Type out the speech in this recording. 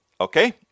Okay